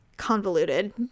convoluted